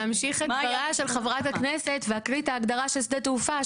ואמשיך את דבריה של חברת הכנסת ואקריא את ההגדרה של שדה תעופה,